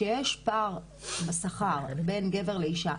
כשיש פער בשכר בין גבר לאישה,